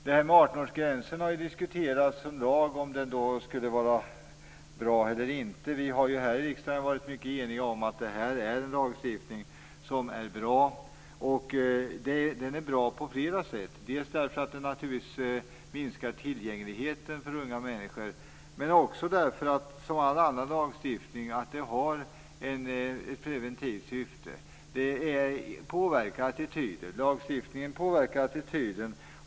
Detta med 18-årsgränsen har diskuterats, om det är bra med en lag eller inte. Vi har här i riksdagen varit mycket eniga om att detta är en bra lagstiftning på flera sätt. Den minskar tillgängligheten för unga människor. Som all annan lagstiftning har den också ett preventivt syfte. Lagstiftning påverkar attityder.